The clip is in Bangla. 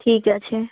ঠিক আছে